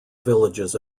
villages